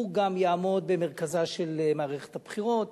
הוא גם יעמוד במרכזה של מערכת הבחירות,